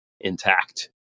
intact